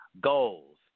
goals